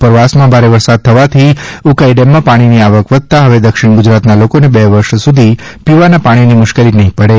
ઉપરવાસમા ભારે વરસાદ થવાથી ઉકાઇ ડેમમાં પાણીની આવક વધતા હવે દક્ષિણ ગુજરાતના લોકોને બે વર્ષ સુધી પીવાના પાણીની મુશ્કેલી નહીં પડે